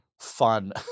fun